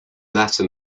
latter